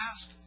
ask